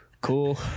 cool